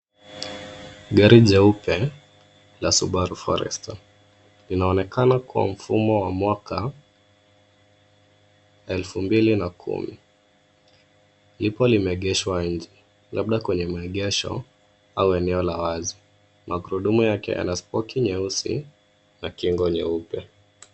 Gari jeupe la Subaru forester inaonekana kwa mfumo wa mwaka elfu mbili na kumi lipo limeegeshwa nje labda kwenye maegesho au eneo la wazi, magurudumu yake yana spoki nyeusi na kingo nyeupe.